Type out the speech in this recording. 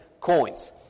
coins